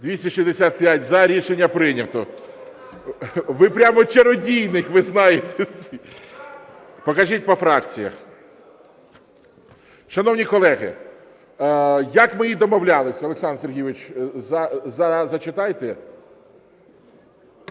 За-265 Рішення прийнято. Ви прямо чародійник, ви знаєте. Покажіть по фракціях. Шановні колеги, як ми й домовлялися, Олександр Сергійович, зачитайте.